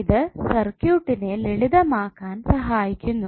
ഇത് സർക്യൂട്ടിനെ ലളിതമാക്കാൻ സഹായിക്കുന്നു